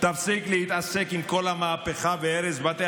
תפסיק להתעסק עם כל המהפכה והרס בתי